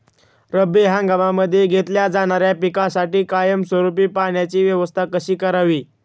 रब्बी हंगामामध्ये घेतल्या जाणाऱ्या पिकांसाठी कायमस्वरूपी पाण्याची व्यवस्था कशी करावी?